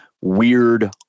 weird